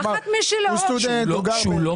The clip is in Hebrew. לפני שאנחנו מתחילים, אני רוצה לדבר על